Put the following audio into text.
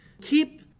keep